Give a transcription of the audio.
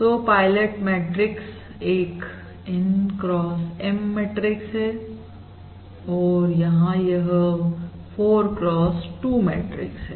तो pilot matrix एक N cross M matrix है और यहां यह 4 cross 2 मैट्रिक्स है